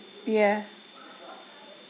ya